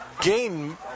gain